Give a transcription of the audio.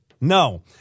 No